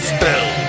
Spell